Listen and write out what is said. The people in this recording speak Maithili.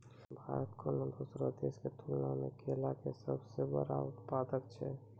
भारत कोनो दोसरो देशो के तुलना मे केला के सभ से बड़का उत्पादक छै